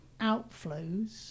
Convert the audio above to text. outflows